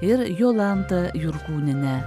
ir jolanta jurkūniene